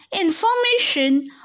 information